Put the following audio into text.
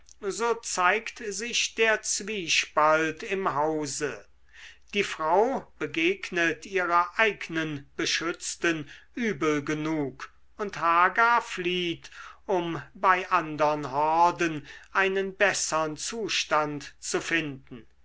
so zeigt sich der zwiespalt im hause die frau begegnet ihrer eignen beschützten übel genug und hagar flieht um bei andern horden einen bessern zustand zu finden